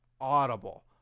Audible